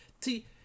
See